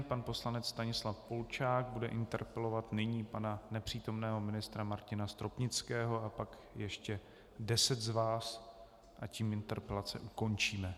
Pan poslanec Stanislav Polčák bude interpelovat nyní pana nepřítomného ministra Martina Stropnického a pak ještě deset z vás a tím interpelace ukončíme.